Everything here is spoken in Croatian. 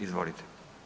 Izvolite.